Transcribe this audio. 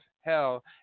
hell